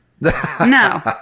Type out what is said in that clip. No